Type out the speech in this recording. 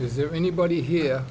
is there anybody here